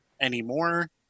anymore